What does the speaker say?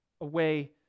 away